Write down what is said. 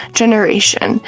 generation